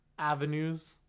Avenues